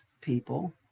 people